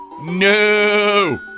No